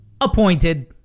Appointed